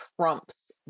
trumps